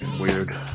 weird